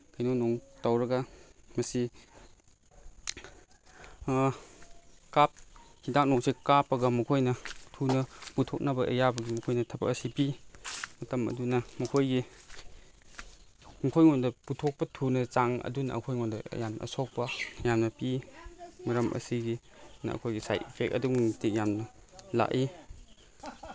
ꯀꯩꯅꯣꯅꯨꯡ ꯇꯧꯔꯒ ꯃꯁꯤ ꯍꯤꯗꯥꯛ ꯅꯨꯡꯁꯦ ꯀꯥꯞꯄꯒ ꯃꯈꯣꯏꯅ ꯊꯨꯅ ꯄꯨꯊꯣꯛꯅꯕ ꯑꯌꯥꯕꯗꯨ ꯃꯈꯣꯏꯅ ꯊꯕꯛ ꯑꯁꯤ ꯄꯤ ꯃꯇꯝ ꯑꯗꯨꯅ ꯃꯈꯣꯏꯒꯤ ꯃꯈꯣꯏꯉꯣꯟꯗ ꯄꯨꯊꯣꯛꯄ ꯊꯨꯅ ꯆꯥꯡ ꯑꯗꯨꯅ ꯑꯩꯈꯣꯏꯉꯣꯟꯗ ꯌꯥꯝꯅ ꯑꯁꯣꯛꯄ ꯌꯥꯝꯅ ꯄꯤ ꯃꯔꯝ ꯑꯁꯤꯒꯤꯅ ꯑꯩꯈꯣꯏꯒꯤ ꯁꯥꯏꯠ ꯏꯐꯦꯛ ꯑꯗꯨꯃꯇꯤꯛ ꯌꯥꯝ ꯂꯥꯛꯏ